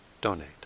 donate